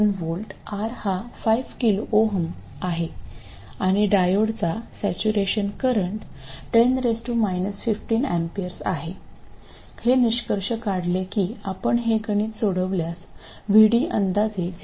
7V R हा 5kΩ आहे आणि डायोडचा सॅचुरेशन करंट 10 15 A आहे हे निष्कर्ष काढले की आपण हे गणित सोडवल्यास VD अंदाजे ०